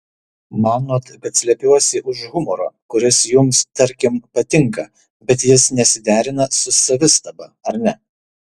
manot kad slepiuosi už humoro kuris jums tarkim patinka bet jis nesiderina su savistaba ar ne